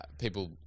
people